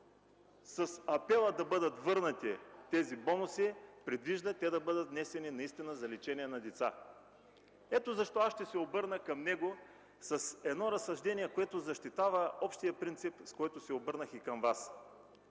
с апела си да бъдат върнати тези бонуси предвижда те наистина да бъдат внесени във Фонда за лечение на деца. Ще се обърна към него с едно разсъждение, което защитава общия принцип, с който се обърнах и към Вас.